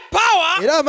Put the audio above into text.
power